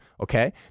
Okay